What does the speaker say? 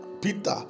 Peter